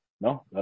No